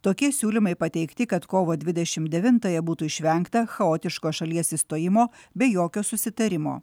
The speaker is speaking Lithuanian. tokie siūlymai pateikti kad kovo dvidešim devintąją būtų išvengta chaotiško šalies išstojimo be jokio susitarimo